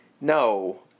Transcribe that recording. no